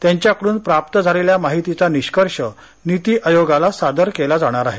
त्यांच्याकडून प्राप्त झालेल्या माहितीचा निष्कर्ष नीती आयोगाला सादर केला जाणार आहे